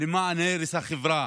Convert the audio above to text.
למען הרס החברה,